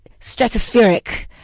stratospheric